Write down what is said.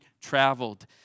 traveled